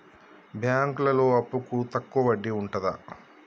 బ్యాంకులలో అప్పుకు తక్కువ వడ్డీ ఉంటదా?